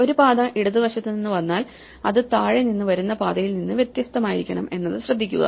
ഒരു പാത ഇടതുവശത്ത് നിന്ന് വന്നാൽ അത് താഴെ നിന്ന് വരുന്ന പാതയിൽ നിന്ന് വ്യത്യസ്തമായിരിക്കണം എന്നത് ശ്രദ്ധിക്കുക